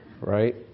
right